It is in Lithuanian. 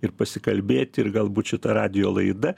ir pasikalbėti ir galbūt šita radijo laida